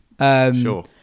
Sure